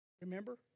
Remember